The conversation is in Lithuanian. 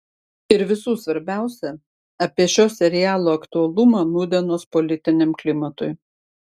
ir visų svarbiausia apie šio serialo aktualumą nūdienos politiniam klimatui